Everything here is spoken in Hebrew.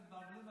אני מבקש אותך,